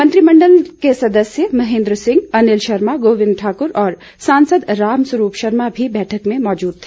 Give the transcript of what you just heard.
मंत्रिमण्डल के सदस्य महेन्द्र सिंह अनिल शर्मा गोविंद ठाकुर और सांसद रामस्वरूप शर्मा भी बैठक में मौजूद रहे